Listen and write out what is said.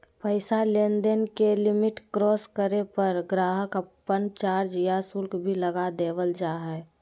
पैसा लेनदेन के लिमिट क्रास करे पर गाहक़ पर चार्ज या शुल्क भी लगा देवल जा हय